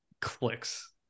clicks